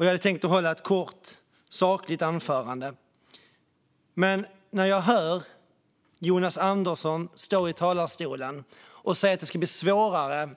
Jag hade tänkt hålla ett kort, sakligt anförande. Men när jag hör Jonas Andersson stå i talarstolen och säga att det ska bli svårare